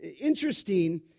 interesting